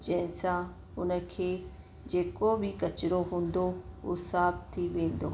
जंहिं सां उन खे जेको बि कचिरो हूंदो हू साफु थी वेंदो